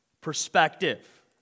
perspective